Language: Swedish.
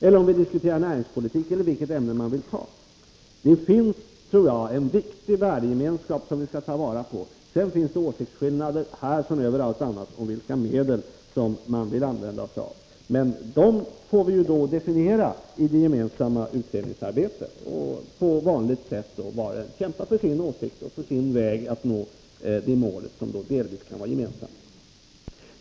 Det finns, tror jag, en viktig värdegemenskap som vi skall ta vara på. Sedan finns det åsiktsskillnader, här som överallt annars, om vilka medel som man vill använda sig av. Men dem får vi då definiera i det gemensamma utredningsarbetet och på vanligt sätt var och en kämpa för sin åsikt och för sin väg att nå det mål som delvis kan vara gemensamt.